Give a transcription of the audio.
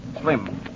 Slim